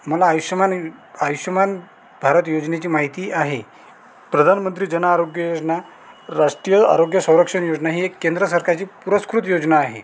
मला आयुषमान आयुषमान भारत योजनेची माहिती आहे प्रधानमंत्री जनआरोग्य योजना राष्ट्रीय आरोग्य संरक्षण योजना ही एक केंद्र सरकारची पुरस्कृत योजना आहे